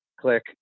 Click